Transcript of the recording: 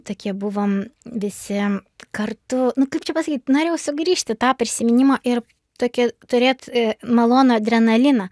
tokie buvom visi kartu nu kaip čia pasakyt norėjau sugrįžti tą prisiminimą ir tokią turėt malonų adrenaliną